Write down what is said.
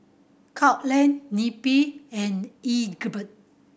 Courtland Neppie and Egbert